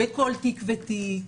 בכל תיק ותיק.